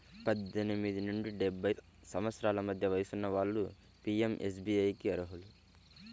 పద్దెనిమిది నుండి డెబ్బై సంవత్సరాల మధ్య వయసున్న వాళ్ళు పీయంఎస్బీఐకి అర్హులు